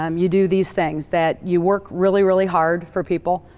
um you do these things. that you work really, really hard for people.